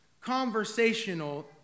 conversational